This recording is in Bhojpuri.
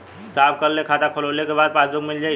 साहब कब ले खाता खोलवाइले के बाद पासबुक मिल जाई?